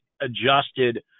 adjusted